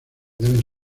deben